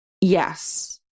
Yes